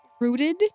rooted